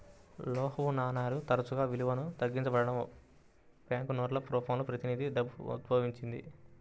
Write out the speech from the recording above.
లోహపు నాణేలు తరచుగా విలువ తగ్గించబడటం, బ్యాంకు నోట్ల రూపంలో ప్రతినిధి డబ్బు ఉద్భవించింది